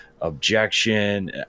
objection